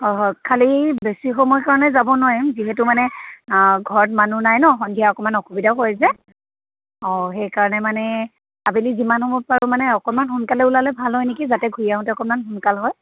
অ' খালী বেছি সময়ৰ কাৰণে যাব নোৱাৰিম যিহেতু মানে ঘৰত মানুহ নাই ন সন্ধিয়া অকণমান অসুবিধাও হয় যে অ' সেইকাৰণে মানে আবেলি যিমান সময়ত পাৰো মানে অকণমান সোনকালে ওলালে ভাল হয় নেকি যাতে ঘূৰি আহোঁতে অকণমান সোনকাল হয়